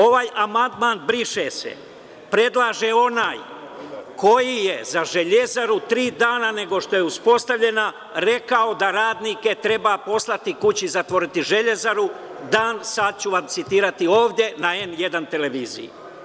Ovaj amandman briše se, predlaže onaj koji je za „Železaru“ tri dana nego što je uspostavljena, rekao da radnike treba poslati kući, zatvoriti Železaru, dan, sada ću vam citirati ovde na „N1“ televiziji.